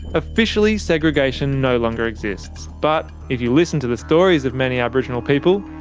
officially segregation no longer exists but if you listen to the stories of many aboriginal people,